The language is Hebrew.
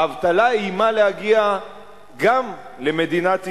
האבטלה איימה להגיע גם למדינת ישראל,